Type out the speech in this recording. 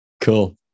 cool